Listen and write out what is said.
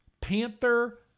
Panther